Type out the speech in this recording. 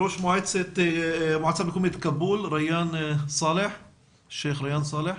ראש מועצה מקומית כאבול, השייח' ריאן סאלח?